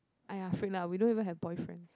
!aiya! freak lah we don't even have boyfriend